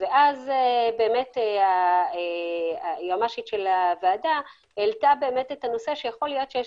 אז העלתה היועצת המשפטית של הוועדה את הנושא שיכול להיות שיש